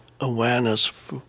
awareness